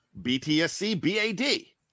BTSCBAD